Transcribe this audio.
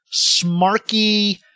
smarky